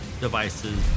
devices